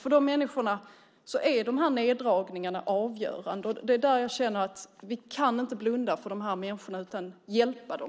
För dessa människor är neddragningarna avgörande. Vi kan inte blunda för dem, utan vi måste hjälpa dem.